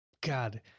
God